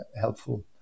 helpful